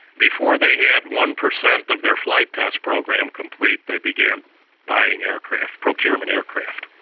before they had one percent of their flight test program complete they began buying aircraft, procurement aircraft.